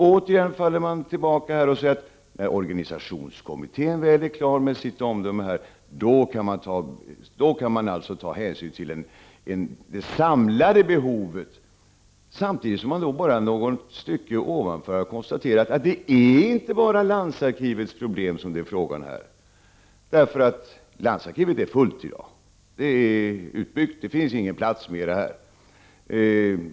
Återigen faller man tillbaka och säger att när organisationskommittén väl är klar med sitt omdöme, kan man ta hänsyn till det samlade behovet. Samtidigt konstateras, något stycke ovanför i betänkandet, att det inte bara är frågan om landsarkivets problem här. Landsarkivet är fullt i dag. Det är utbyggt. Det finns ingen mera plats.